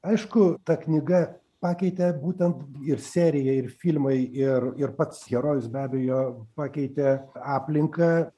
aišku ta knyga pakeitė būtent ir serija ir filmai ir ir pats herojus be abejo pakeitė aplinką